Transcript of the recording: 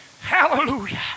Hallelujah